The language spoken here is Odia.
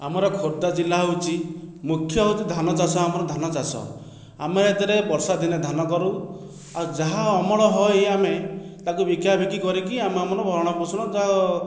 ଆମର ଖୋର୍ଦ୍ଧା ଜିଲ୍ଲା ହେଉଛି ମୁଖ୍ୟ ହେଉଛି ଧାନ ଚାଷ ଆମର ଧାନ ଚାଷ ଆମେ ଏଥିରେ ବର୍ଷା ଦିନେ ଧାନ କରୁ ଆଉ ଯାହା ଅମଳ ହୁଏ ଆମେ ତାକୁ ବିକା ବିକି କରିକି ଆମେ ଆମର ଭରଣ ପୋଷଣ ଯାହା